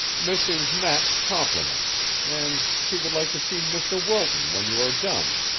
mrs. knapp's compliments, and she would like to see mr. wilton when you are done,